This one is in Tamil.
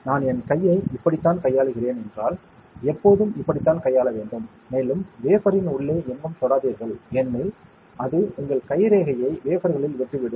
எனவே நான் என் கையை இப்படித்தான் கையாளுகிறேன் என்றால் எப்போதும் இப்படித்தான் கையாள வேண்டும் மேலும் வேஃபரின் உள்ளே எங்கும் தொடாதீர்கள் ஏனெனில் அது உங்கள் கைரேகையை வேஃபர்களில் விட்டுவிடும்